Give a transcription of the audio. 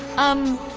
um,